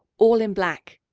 all in black.